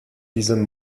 diesem